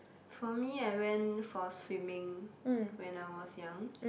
for me I went for swimming when I was young